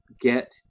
get